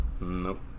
Nope